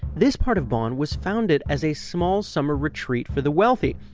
this part of bonn was founded as a small summer retreat for the wealthy.